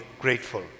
grateful